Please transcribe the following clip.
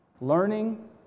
Learning